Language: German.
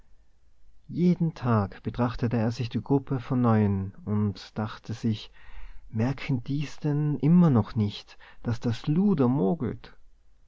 jeden tag betrachtete er sich die gruppe von neuem und dachte sich merken die's denn immer noch nicht daß das luder